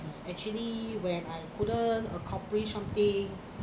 it was actually when I couldn't accomplish something